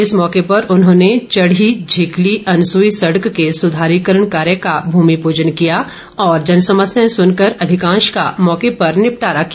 इस मौके उन्होंने चड़ी झिकली अनसूई सड़क के सुधारीकरण कार्य का भूमि पूजन किया और जनसमस्याएं सुनकर अधिकांश का मौके पर निपटारा किया